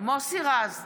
מוסי רז,